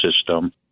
System